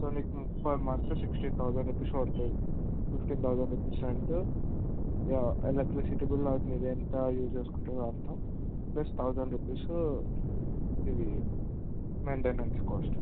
so మీకు per month sixteen thousand rupees పడుతుంది fifteen thousand rupees rent యా electricity bill మీరు ఎంత యూజ్ చేసుకుంటారో అంత ప్లస్ థౌజండ్ రూపీస్ ఇది మైంటైనన్స్ కాస్ట్